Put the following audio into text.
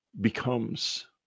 becomes